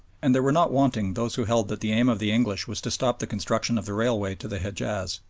and there were not wanting those who held that the aim of the english was to stop the construction of the railway to the hejaz.